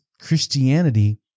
Christianity